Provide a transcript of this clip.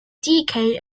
decay